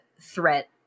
threat